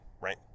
right